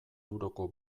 euroko